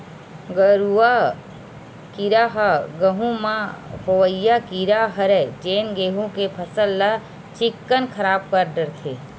गरुआ कीरा ह गहूँ म होवइया कीरा हरय जेन गेहू के फसल ल चिक्कन खराब कर डरथे